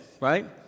right